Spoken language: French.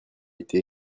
été